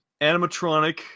animatronic